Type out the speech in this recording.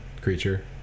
creature